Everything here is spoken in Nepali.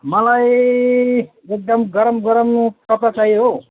मलाई एकदम गरम गरम पकौडा चाहियो हो